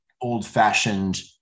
old-fashioned